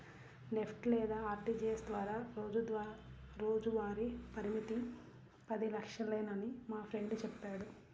NEFT లేదా RTGS ద్వారా రోజువారీ పరిమితి పది లక్షలేనని మా ఫ్రెండు చెప్పాడు